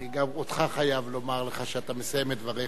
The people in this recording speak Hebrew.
אני חייב גם לך לומר שאתה מסיים את דבריך,